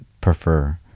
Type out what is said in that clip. prefer